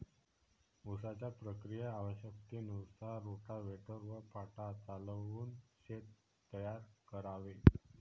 उसाच्या प्रक्रियेत आवश्यकतेनुसार रोटाव्हेटर व पाटा चालवून शेत तयार करावे